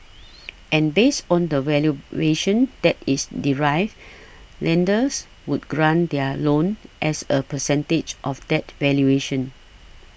and based on the valuation that is derived lenders would grant their loan as a percentage of that valuation